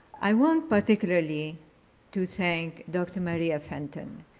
i want particularly to thank dr. maria fenton.